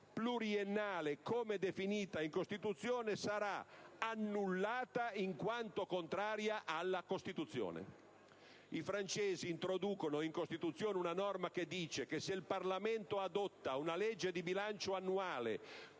pluriennale come definita in Costituzione sarà annullata in quanto contraria alla Costituzione. In sostanza, i francesi introducono in Costituzione una norma che stabilisce che se il Parlamento adotta una legge di bilancio annuale